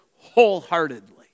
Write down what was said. wholeheartedly